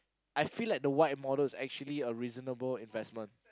I feel like the white model is actually a reasonable investment